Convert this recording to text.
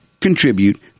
contribute